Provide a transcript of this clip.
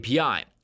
API